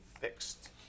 fixed